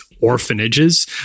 orphanages